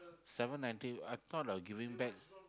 seven ninety I thought I'll give it back